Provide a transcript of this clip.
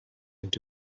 into